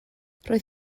roedd